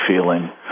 feeling